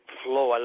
flow